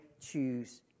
choose